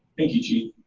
thank you chief.